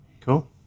Cool